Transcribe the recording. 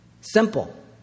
Simple